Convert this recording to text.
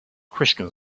christian